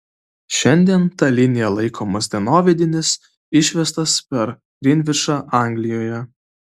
šiandien ta linija laikomas dienovidinis išvestas per grinvičą anglijoje